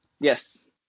Yes